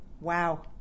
Wow